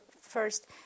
first